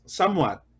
somewhat